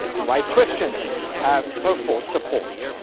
and why christians have her full support.